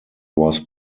was